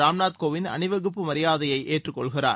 ராம்நாத் கோவிந்த் அணிவகுப்பு மரியாதையை ஏற்றுக் கொள்கிறார்